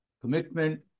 Commitment